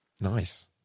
nice